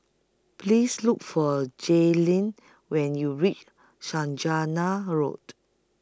Please Look For Jaylin when YOU REACH Saujana Road